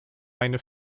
meine